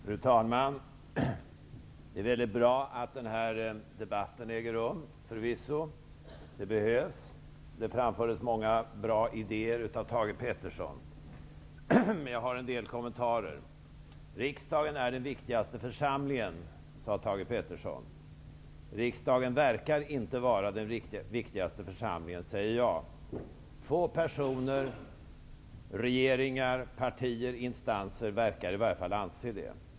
Fru talman! Det är förvisso väldigt bra att denna debatt äger rum. Den behövs. Det framfördes många bra idéer av Tage G. Peterson. Men jag har en del kommentarer. Riksdagen är den viktigaste församlingen, sade Thage G. Peterson. Riksdagen verkar inte vara den viktigaste församlingen, säger jag -- få personer, regeringar, partier och instanser verkar i varje fall anse det.